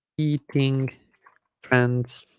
eating friends